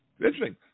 Interesting